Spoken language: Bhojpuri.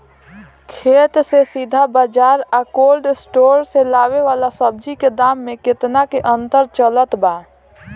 खेत से सीधा बाज़ार आ कोल्ड स्टोर से आवे वाला सब्जी के दाम में केतना के अंतर चलत बा?